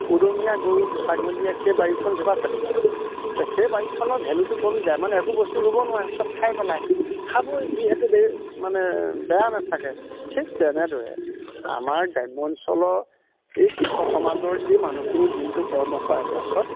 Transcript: উদঙীয়া গৰু ছাগলীয়ে সেই বাৰীখন সালি মাৰে সেই বাৰীখনৰ ভেলুটো কমি যায় মানে একো বস্তু ৰুৱ নোৱাৰে চব খাই পেলাই খাবই যিহেতু মানে বেৰা নেথাকে ঠিক তেনেদৰে আমাৰ গ্ৰাম্য অঞ্চলৰ এই কৃষক সমাজৰ এই মানুহখিনি দিনটো কৰ্ম কৰাৰ পাছত